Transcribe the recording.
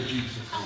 Jesus